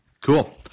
Cool